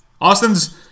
Austin's